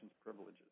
privileges